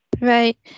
Right